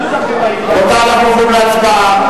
אנחנו עוברים להצבעה.